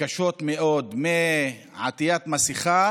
קשות מאוד, מעטיית מסכה